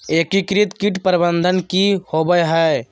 एकीकृत कीट प्रबंधन की होवय हैय?